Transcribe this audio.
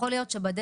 יכול להיות שבדרך,